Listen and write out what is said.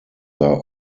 are